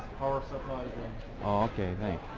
power supplies oh, ok ok,